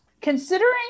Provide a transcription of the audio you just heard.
Considering